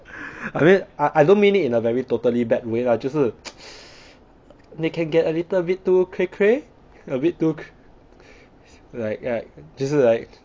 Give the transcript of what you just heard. I mean I don't mean it in a very totally bad way lah 就是 they can get a little bit too cray cray a bit too cr~ like like 就是 like